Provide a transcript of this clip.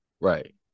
Right